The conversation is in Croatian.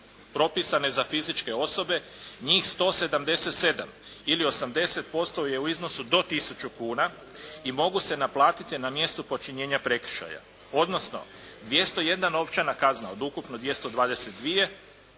propisane za fizičke osobe njih 177 ili 80% je u iznosu do tisuću kuna i mogu se naplatiti na mjestu počinjenja prekršaja, odnosno 201 novčana kazna od ukupno 222 ili